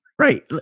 right